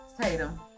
Tatum